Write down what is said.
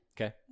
Okay